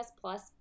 Plus